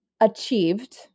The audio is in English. achieved